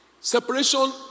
separation